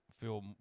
feel